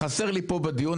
חסר לי פה בדיון,